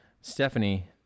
Stephanie